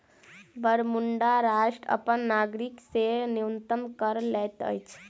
Bermuda राष्ट्र अपन नागरिक से न्यूनतम कर लैत अछि